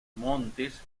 montes